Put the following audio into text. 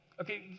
Okay